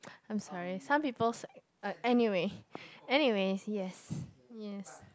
I'm sorry some peoples uh anyway anyway yes yes